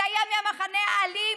זה היה מהמחנה האלים,